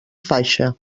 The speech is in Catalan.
faixa